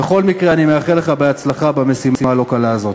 בכל מקרה, אני מאחל לך הצלחה במשימה הלא-קלה הזאת.